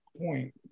point